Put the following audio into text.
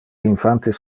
infantes